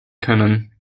können